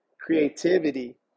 Creativity